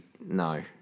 No